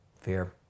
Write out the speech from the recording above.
fear